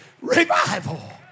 Revival